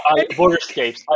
borderscapes